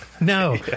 No